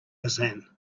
hassan